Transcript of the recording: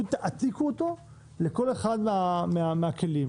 תעתיקו אותו לכל אחד מהכלים